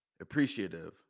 appreciative